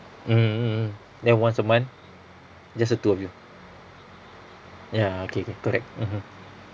mmhmm mm then once a month just the two of you ya okay okay correct mmhmm